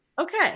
Okay